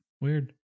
weird